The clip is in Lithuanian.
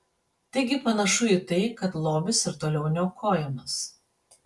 taigi panašu į tai kad lobis ir toliau niokojamas